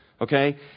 Okay